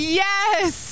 yes